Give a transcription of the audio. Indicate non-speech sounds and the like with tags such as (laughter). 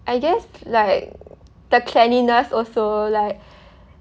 I guess like the cleanliness also like (breath)